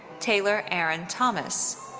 taylor aaron thomas.